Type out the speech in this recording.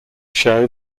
show